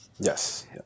Yes